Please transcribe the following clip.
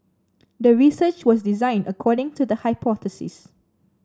the research was designed according to the hypothesis